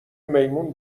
میمون